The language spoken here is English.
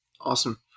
Awesome